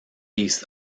east